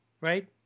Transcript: right